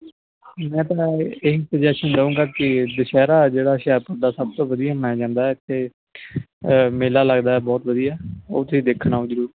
ਮੈਂ ਤਾਂ ਇਹੀ ਸੁਜੈਸ਼ਨ ਦੇਊਂਗਾ ਕਿ ਦੁਸਹਿਰਾ ਜਿਹੜਾ ਹੁਸ਼ਿਆਰਪੁਰ ਦਾ ਸਭ ਤੋਂ ਵਧੀਆ ਮਨਾਇਆ ਜਾਂਦਾ ਹੈ ਅਤੇ ਮੇਲਾ ਲੱਗਦਾ ਬਹੁਤ ਵਧੀਆ ਉਹ ਤੁਸੀਂ ਦੇਖਣ ਆਉ ਜ਼ਰੂਰ